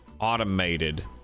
automated